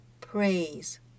Praise